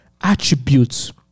attributes